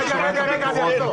אני שומע את הביקורות.